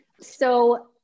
So-